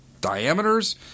diameters